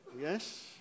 Yes